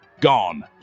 gone